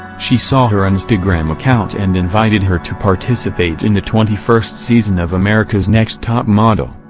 she saw her instagram account and invited her to participate in the twenty first season of america's next top model,